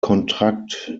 kontrakt